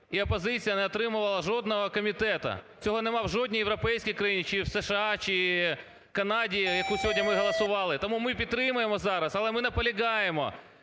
і опозиція не отримала жодного комітету. Цього немає в жодній європейській країні чи в США, чи в Канаді, яку сьогодні ми голосували. Тому ми підтримуємо зараз, але ми наполягаємо